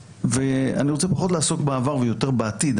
אני רוצה פחות לעסוק בעבר ויותר בעתיד.